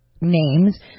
names